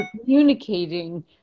communicating